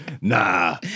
Nah